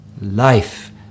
life